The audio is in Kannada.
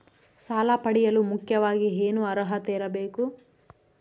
ಸಾಲ ಪಡೆಯಲು ಮುಖ್ಯವಾಗಿ ಏನು ಅರ್ಹತೆ ಇರಬೇಕು?